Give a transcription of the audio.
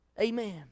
Amen